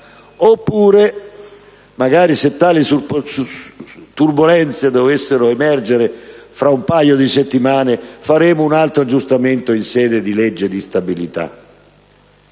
oppure, se tali turbolenze dovessero emergere tra un paio di settimane, faremo un altro aggiustamento in sede di legge di stabilità.